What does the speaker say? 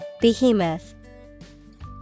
Behemoth